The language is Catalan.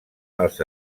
els